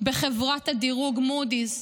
בחברת הדירוג מודי'ס